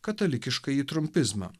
katalikiškąjį trumpizmą